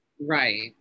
Right